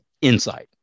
insight